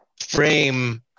frame